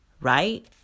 Right